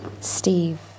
steve